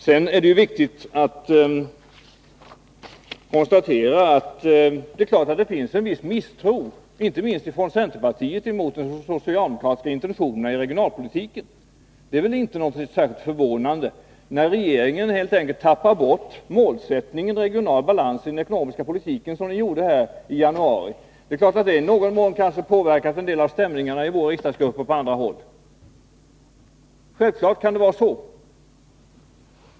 Det är viktigt att konstatera att det finns en viss misstro, inte minst från centerpartiets sida, mot de socialdemokratiska intentionerna i regionalpolitiken. Det är väl inte särskilt förvånande, när regeringen helt enkelt tappar bort målsättningen, regional balans, i den ekonomiska politiken så som ni gjorde här i januari. Det är klart att det i någon mån kanske har påverkat en del av stämningarna i vår riksdagsgrupp och på andra håll.